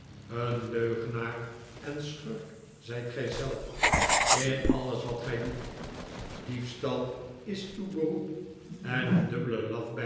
een leugenaar en schurk zijt gij zelf in alles wat gij doet diefstal is uw beroep en een dubbele